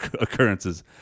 occurrences